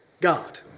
god